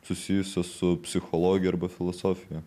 susijusios su psichologija arba filosofija